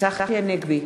צחי הנגבי,